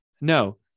No